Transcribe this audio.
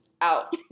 out